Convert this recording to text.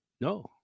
no